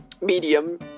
medium